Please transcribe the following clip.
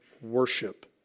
Worship